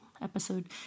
episode